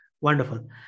Wonderful